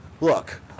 look